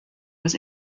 was